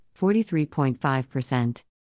43.5%